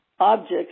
objects